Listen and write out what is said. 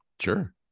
Sure